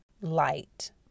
light